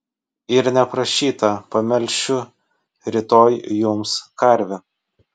ir neprašyta pamelšiu rytoj jums karvę